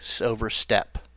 overstep